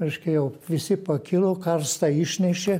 reiškia jau visi pakilo karstą išnešė